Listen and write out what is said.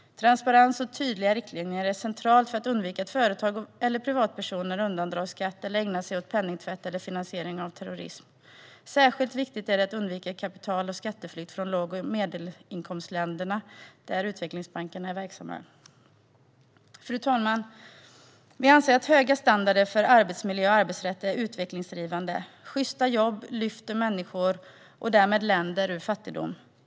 Transparens och tydliga riktlinjer är centralt för att undvika att företag eller privatpersoner undandrar skatt eller ägnar sig åt penningtvätt eller finansiering av terrorism. Särskilt viktigt är det att undvika kapital och skatteflykt från låg och medelinkomstländerna där utvecklingsbankerna är verksamma. Fru talman! Vi anser att höga standarder för arbetsmiljö och arbetsrätt är utvecklingsdrivande. Sjysta jobb lyfter människor och därmed länder ur fattigdom.